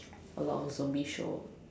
a lot of zombie show